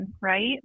right